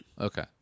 Okay